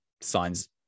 signs